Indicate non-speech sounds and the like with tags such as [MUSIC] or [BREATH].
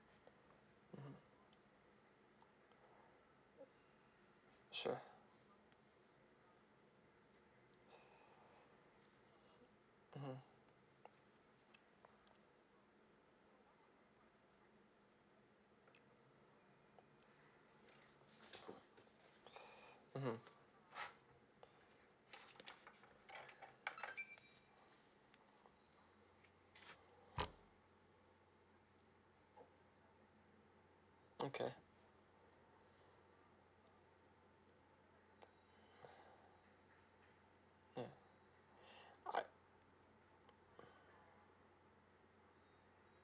mmhmm sure mmhmm [BREATH] mmhmm okay ya [BREATH] I